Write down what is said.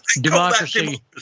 democracy